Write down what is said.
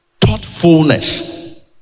Thoughtfulness